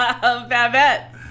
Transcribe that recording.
Babette